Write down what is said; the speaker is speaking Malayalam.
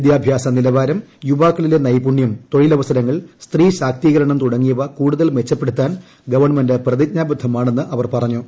വിദ്യാഭ്യാസ നിലവാരം യുവാക്കളില്ല് ട്ട്നെപുണ്യം തൊഴിലവസരങ്ങൾ സ്ത്രീ ശാക്തീകരണം തുടങ്ങിയവ കൂടുതൽ മെച്ചപ്പെടുത്താൻ ഗവൺമെന്റ് പ്രതിജ്ഞാ്ബ്ദ്ധമാണെന്ന് അവർ പറഞ്ഞു